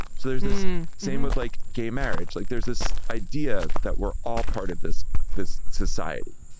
so there's this same with like gay marriage like there's this idea that we're all part of this this society.